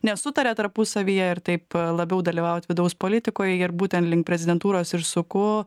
nesutaria tarpusavyje ir taip labiau dalyvaut vidaus politikoje ir būtent link prezidentūros ir suku